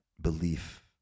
belief